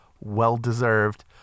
well-deserved